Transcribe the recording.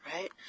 right